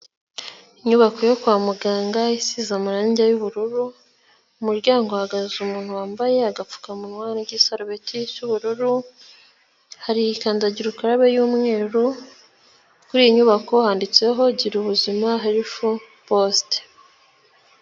Inyubako yo kwa muganga isize amarange y'ubururu ku muryango hahagaze umuntu wambaye agapfukamunwa n'igisarubeti cy'ubururu hari kandagira ukarabe y'umweru kuri iyi nyubako handitseho Gira ubuzima herufu posite.